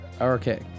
Okay